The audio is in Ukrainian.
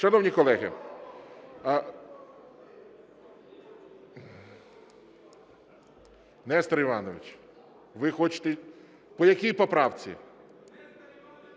Шановні колеги… Нестор Іванович, ви хочете? По якій поправці?